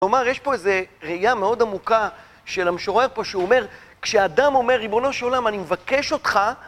כלומר, יש פה איזו ראייה מאוד עמוקה של המשורר פה, שהוא אומר, כשאדם אומר, "ריבונו של עולם, אני מבקש אותך"...